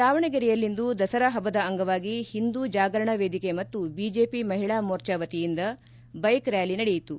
ದಾವಣಗೆರೆಯಲ್ಲಿಂದು ದಸರಾ ಪಬ್ದದ ಅಂಗವಾಗಿ ಹಿಂದೂ ಜಾಗರಣಾ ವೇದಿಕೆ ಮತ್ತು ಬಿಜೆಪಿ ಮಹಿಳಾ ಮೋರ್ಚಾವತಿಯಿಂದ ಬೈಕ್ ರ್ಕಾಲಿ ನಡೆಯಿತು